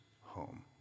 home